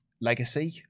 legacy